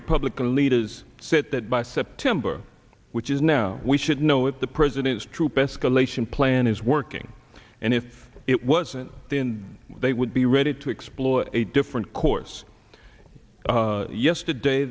republican leaders set that by september which is now we should know that the president's troop escalation plan is working and it it wasn't the end they would be ready to explore a different course yesterday